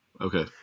Okay